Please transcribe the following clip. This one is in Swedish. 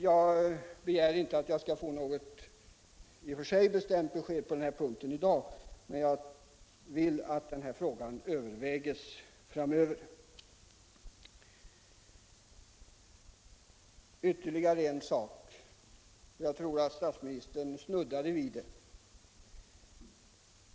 Jag begär inte ett bestämt besked på denna punkt i dag, eftersom jag förutsätter att denna fråga övervägs framöver. Jag vill ta upp ytterligare en sak, som statsministern snuddade vid.